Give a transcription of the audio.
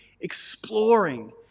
exploring